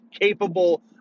capable